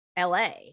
LA